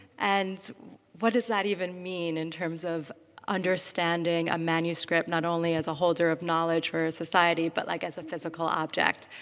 and what does that even mean in terms of understanding a manuscript not only as a holder of knowledge for a society but like as a physical object?